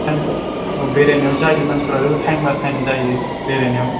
सानसे औ बेरायनायाव जायो मानसिफ्रा टाइम बाय टाइम जायो बेरायनायाव